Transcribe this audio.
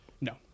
No